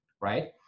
right